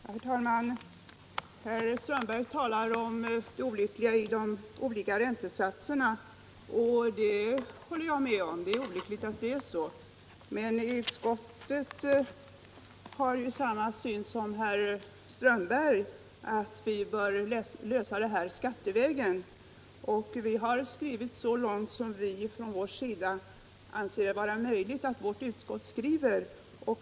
Herr talman! Herr Strömberg i Botkyrka talar om det olyckliga i de olika räntesatserna, och jag håller med om att det är olyckligt att det är så. Men utskottet har ju samma syn som herr Strömberg — att vi bör lösa detta problem skattevägen. Vi har gått så långt som vi från vår sida anser det möjligt att vårt utskott går.